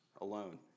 alone